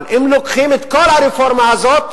אבל אם לוקחים את כל הרפורמה הזאת,